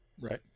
Right